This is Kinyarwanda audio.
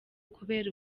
kubera